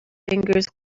fingers